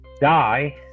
die